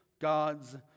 God's